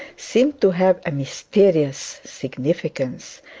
seemed to have a mysterious significance,